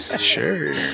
Sure